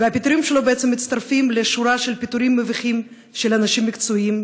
הפיטורים שלו מצטרפים לשורה של פיטורים מביכים של אנשים מקצועיים,